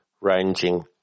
ranging